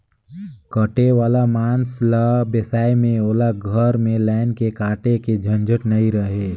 कटे वाला मांस ल बेसाए में ओला घर में लायन के काटे के झंझट नइ रहें